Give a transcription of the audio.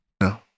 No